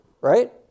right